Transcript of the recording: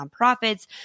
nonprofits